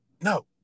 no